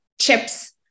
chips